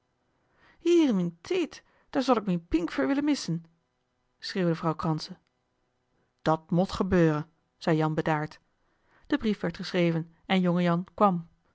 tied daar zol ik mien pink veur willen missen schreeuwde vrouw kranse dat mot gebeuren zei jan bedaard de brief werd geschreven en jongejan kwam